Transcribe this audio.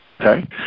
Okay